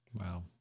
Wow